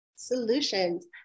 Solutions